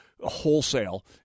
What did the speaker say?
wholesale